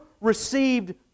received